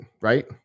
right